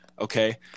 okay